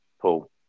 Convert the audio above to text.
Paul